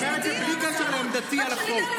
תפנה ישירות.